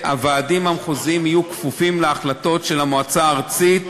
והוועדים המחוזיים יהיו כפופים להחלטות של המועצה הארצית.